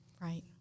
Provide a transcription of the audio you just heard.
Right